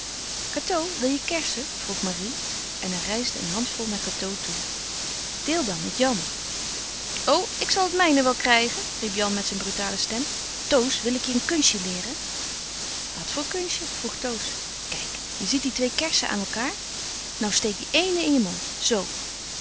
cateau wil je kersen vroeg marie en er reisde een handvol naar cateau toe deel dan met jan o ik zal het mijne wel krijgen riep jan met zijn brutale stem toos wil ik je een kunstje leeren wat voor een kunstje vroeg toos kijk je ziet die twee kersen aan elkaâr nou steek die eene in je mond zoo